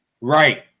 Right